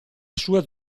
sua